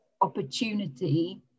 opportunity